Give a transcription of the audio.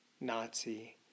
Nazi